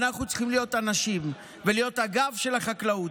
אנחנו צריכים להיות אנשים ולהיות הגב של החקלאות.